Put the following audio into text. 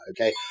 Okay